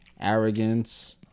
arrogance